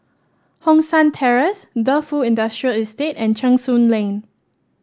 Hong San Terrace Defu Industrial Estate and Cheng Soon Lane